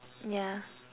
yeah